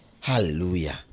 hallelujah